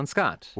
Scott